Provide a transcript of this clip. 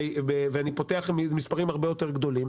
ואני פותח מספרים הרבה יותר גדולים